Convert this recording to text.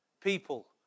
people